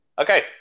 Okay